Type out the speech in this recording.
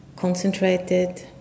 concentrated